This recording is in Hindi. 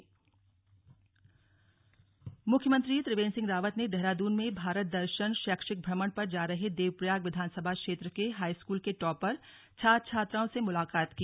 सीएम भेंट मुख्यमंत्री त्रिवेन्द्र सिंह रावत ने देहरादून में भारत दर्शन शैक्षिक भ्रमण पर जा रहे देवप्रयाग विधानसभा क्षेत्र के हाईस्कूल के टॉपर छात्र छात्राओं से मुलाकात की